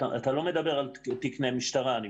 אני מבין שאתה לא מדבר על תקני משטרה.